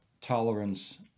tolerance